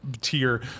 tier